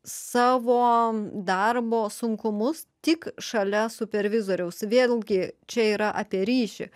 savo darbo sunkumus tik šalia supervizoriaus vėlgi čia yra apie ryšį